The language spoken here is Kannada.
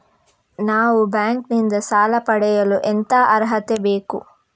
ನಾವು ಬ್ಯಾಂಕ್ ನಿಂದ ಸಾಲ ಪಡೆಯಲು ಎಂತ ಅರ್ಹತೆ ಬೇಕು?